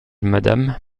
madame